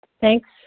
Thanks